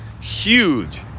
Huge